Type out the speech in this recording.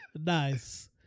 Nice